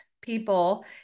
people